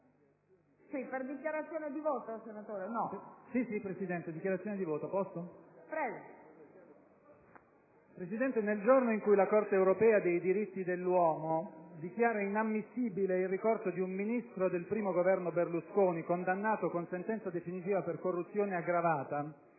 Carofiglio. Nel giorno in cui la Corte europea dei diritti dell'uomo dichiara inammissibile il ricorso di un Ministro del I Governo Berlusconi, condannato con sentenza definitiva per corruzione aggravata,